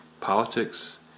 Politics